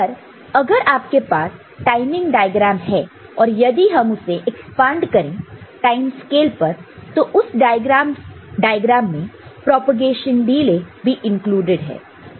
पर अगर आपके पास टाइमिंग डायग्राम है और यदि हम उसे एक्सपांड करें टाइम स्केल पर तो उस डायग्राम में प्रोपेगेशन डिले भी इंक्लूडेड है